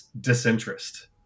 disinterest